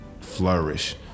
flourish